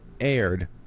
aired